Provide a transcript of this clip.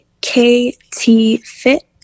K-T-FIT